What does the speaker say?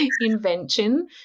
invention